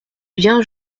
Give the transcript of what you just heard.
biens